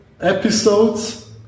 episodes